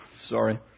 Sorry